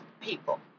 people